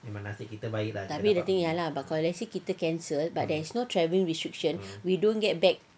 tapi the thing ya lah kalau let's say kita cancel but there is no travelling restriction we don't get back